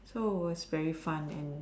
so was very fun and